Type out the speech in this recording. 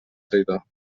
traïdor